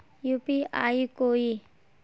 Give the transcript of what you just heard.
UPI कोई